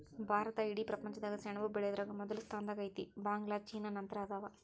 ಭಾರತಾ ಇಡೇ ಪ್ರಪಂಚದಾಗ ಸೆಣಬ ಬೆಳಿಯುದರಾಗ ಮೊದಲ ಸ್ಥಾನದಾಗ ಐತಿ, ಬಾಂಗ್ಲಾ ಚೇನಾ ನಂತರ ಅದಾವ